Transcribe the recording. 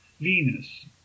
Venus